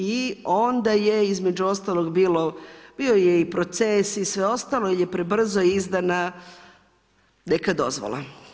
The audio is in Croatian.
I onda je, između ostalog, bio i proces i sve ostalo jer je prebrzo izdana neka dozvola.